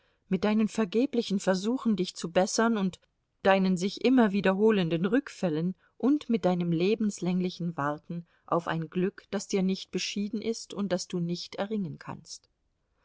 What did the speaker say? mit deinen vergeblichen versuchen dich zu bessern und deinen sich immer wiederholenden rückfällen und mit deinem lebenslänglichen warten auf ein glück das dir nicht beschieden ist und das du nicht erringen kannst